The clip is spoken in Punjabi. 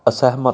ਅਸਹਿਮਤ